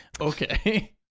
okay